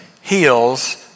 heals